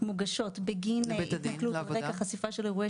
מוגשות בגין התנכלות על רקע חשיפה של אירועי